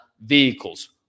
vehicles